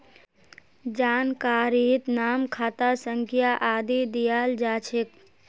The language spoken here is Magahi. जानकारीत नाम खाता संख्या आदि दियाल जा छेक